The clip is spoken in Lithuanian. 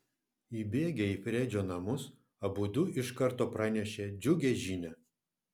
įbėgę į fredžio namus abudu iš karto pranešė džiugią žinią